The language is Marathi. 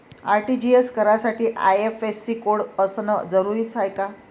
आर.टी.जी.एस करासाठी आय.एफ.एस.सी कोड असनं जरुरीच हाय का?